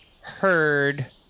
heard